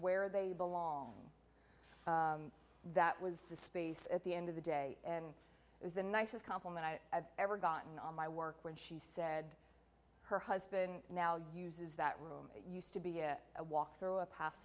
where they belong that was the space at the end of the day and is the nicest compliment i have ever gotten on my work when she said her husband now uses that room used to be a walk through a pass